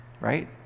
right